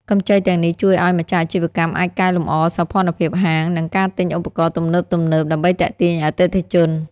កម្ចីទាំងនេះជួយឱ្យម្ចាស់អាជីវកម្មអាចកែលម្អសោភ័ណភាពហាង និងការទិញឧបករណ៍ទំនើបៗដើម្បីទាក់ទាញអតិថិជន។